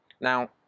Now